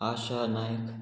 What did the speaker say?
Asha Naik